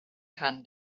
kann